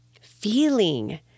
feeling